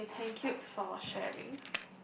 okay thank you for sharing